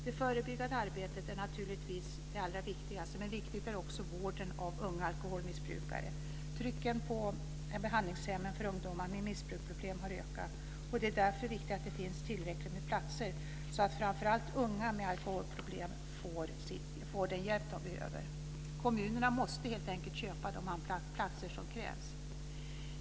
Det förebyggande arbetet är naturligtvis det allra viktigaste, men viktigt är också vården av unga alkoholmissbrukare. Trycket på behandlingshemmen för ungdomar med missbruksproblem har ökat. Det är därför viktigt att det finns tillräckligt med platser så att framför allt unga med alkoholproblem får den hjälp de behöver. Kommunerna måste helt enkelt köpa de platser som krävs.